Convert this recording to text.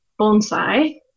bonsai